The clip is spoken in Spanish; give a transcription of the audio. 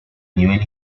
nivel